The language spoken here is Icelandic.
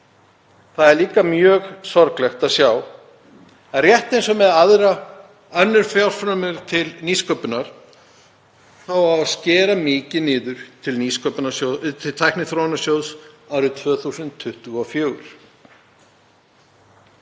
Það er líka mjög sorglegt að sjá að rétt eins og með önnur fjárframlög til nýsköpunar á að skera mikið niður til Tækniþróunarsjóðs árið 2024.